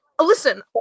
listen